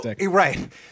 Right